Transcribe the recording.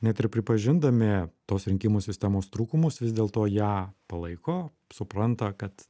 net ir pripažindami tos rinkimų sistemos trūkumus vis dėlto ją palaiko supranta kad